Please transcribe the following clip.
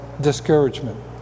discouragement